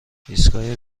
ایستگاه